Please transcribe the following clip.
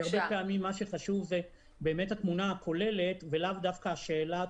כי הרבה פעמים מה שחשוב זה באמת התמונה הכוללת ולאו דווקא השאלה